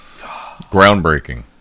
Groundbreaking